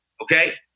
okay